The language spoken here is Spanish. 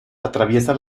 atraviesa